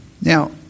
Now